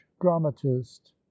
dramatist